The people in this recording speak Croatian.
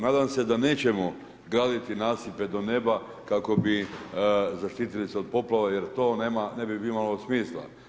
Nadam se da nećemo graditi nasipe do neba kako bi zaštitili se od poplava jer to ne bi imalo smisla.